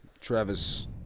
Travis